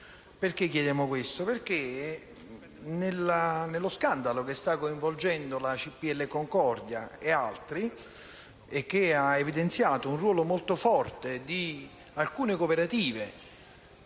Lo chiediamo perché, in ordine allo scandalo che sta coinvolgendo la CPL Concordia e altri, che ha evidenziato un ruolo molto forte di alcune cooperative